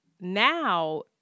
now